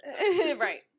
right